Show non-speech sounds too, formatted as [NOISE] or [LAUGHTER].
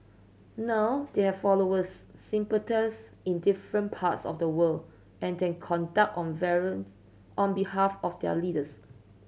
now they have followers sympathisers in different parts of the world and they conduct on [UNINTELLIGIBLE] on behalf of their leaders